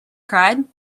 cried